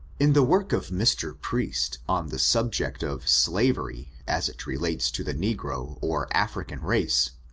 in the work of mr. priest, on the subject of slavery, as it relates to the negro, or african race,